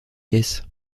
caisse